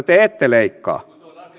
te ette leikkaa